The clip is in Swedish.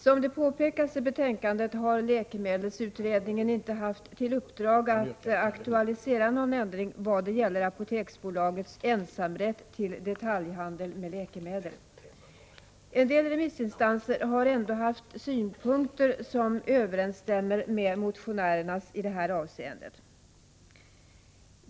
Som det påpekas i betänkandet har läkemedelsutredningen inte haft till uppdrag att aktualisera någon ändring vad det gäller Apoteksbolagets ensamrätt till detaljhandel med läkemdel. En del remissinstanser har ändå haft synpunkter som överensstämmer med motionärernas i det här avseen det.